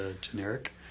generic